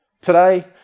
Today